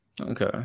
Okay